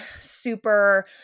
super